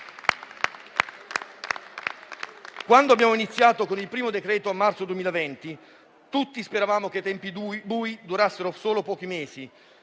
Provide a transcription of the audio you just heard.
Quando abbiamo iniziato con il primo decreto a marzo 2020, tutti speravamo che i tempi bui durassero solo pochi mesi;